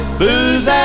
booze